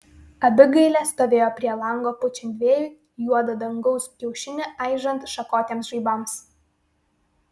abigailė stovėjo prie lango pučiant vėjui juodą dangaus kiaušinį aižant šakotiems žaibams